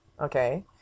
Okay